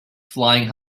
flying